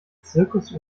zirkus